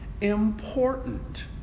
important